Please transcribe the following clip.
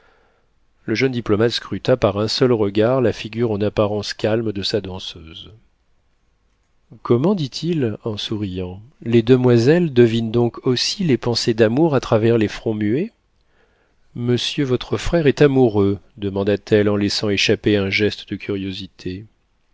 le jeune diplomate scruta par un seul regard la figure en apparence calme de sa danseuse comment dit-il en souriant les demoiselles devinent donc aussi les pensées d'amour à travers les fronts muets monsieur votre frère est amoureux demanda-t-elle en laissant échapper un geste de curiosité